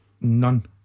None